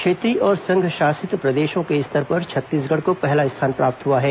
क्षेत्रीय और संघ शासित प्रदेशों के स्तर पर छत्तीसगढ़ को पहला स्थान प्राप्त हुआ है